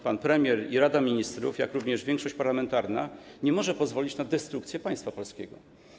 Pan premier i Rada Ministrów, jak również większość parlamentarna nie mogą pozwolić na destrukcję państwa polskiego.